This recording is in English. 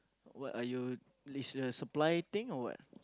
what are you lis~ is a supply thing or what